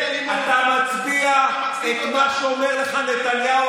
אתה מצביע את מה שאומר לך נתניהו,